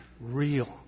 real